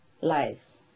lives